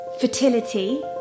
Fertility